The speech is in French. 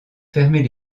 fermer